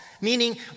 meaning